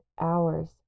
hours